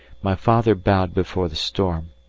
my father bowed before the storm,